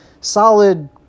solid